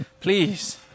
please